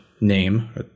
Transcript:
name